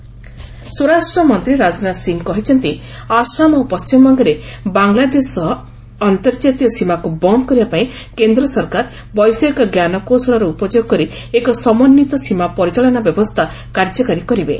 Rajnath border ସ୍ୱରାଷ୍ଟ୍ରମନ୍ତ୍ରୀ ରାଜନାଥ ସିଂ କହିଛନ୍ତି ଆସାମ ଓ ପଣ୍ଟିମବଙ୍ଗରେ ବାଂଲାଦେଶ ସହ ଅନ୍ତର୍ଜାତୀୟ ସୀମାକୁ ବନ୍ଦ୍ କରିବାପାଇଁ କେନ୍ଦ୍ର ସରକାର ବୈଷୟିକ ଜ୍ଞାନକୌଶଳର ଉପଯୋଗ କରି ଏକ ସମନ୍ୱିତ ସୀମା ପରିଚାଳନା ବ୍ୟବସ୍ଥା କାର୍ଯ୍ୟକାରୀ କରିବେ